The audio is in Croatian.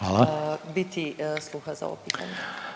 …/Upadica